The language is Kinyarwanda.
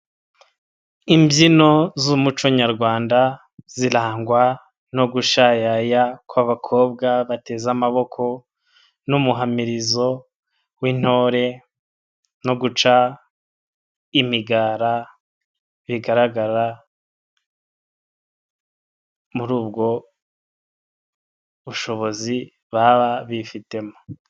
Imbyino z'umuco nyarwanda zirangwa no gushayaya kw'abakobwa bateze amaboko n'umuhamirizo w'intore no guca imigara bigaragara muri ubwo bushobozi baba bifitemo.